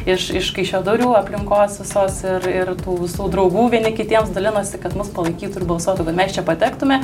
iš iš kaišiadorių aplinkos visos ir ir tų visų draugų vieni kitiems dalinosi kad mus palaikytų ir balsuotų kad mes čia patektume